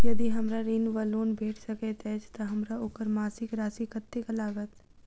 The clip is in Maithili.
यदि हमरा ऋण वा लोन भेट सकैत अछि तऽ हमरा ओकर मासिक राशि कत्तेक लागत?